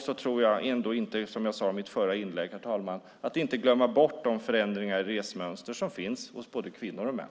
Som jag sade i mitt förra inlägg, herr talman, får vi inte heller glömma bort de förändringar i resmönster som sker bland både kvinnor och män.